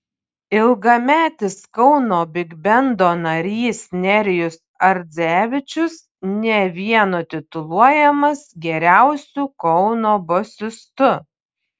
ilgametis kauno bigbendo narys nerijus ardzevičius ne vieno tituluojamas geriausiu kauno bosistu